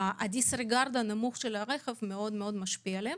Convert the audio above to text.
שהדיסריגרד הנמוך של הרכב מאוד משפיע עליהם.